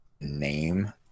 name